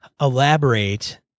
elaborate